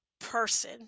person